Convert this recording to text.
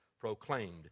proclaimed